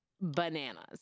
bananas